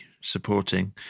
supporting